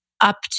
up